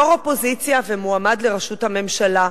יו"ר האופוזיציה ומועמד לראשות הממשלה.